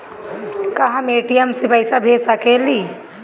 का हम ए.टी.एम से पइसा भेज सकी ले?